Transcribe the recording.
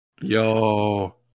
Yo